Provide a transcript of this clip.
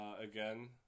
again